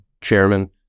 chairman